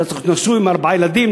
אתה צריך להיות נשוי עם ארבעה ילדים,